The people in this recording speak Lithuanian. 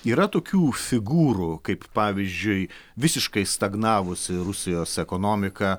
yra tokių figūrų kaip pavyzdžiui visiškai stagnavusi rusijos ekonomika